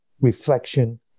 reflection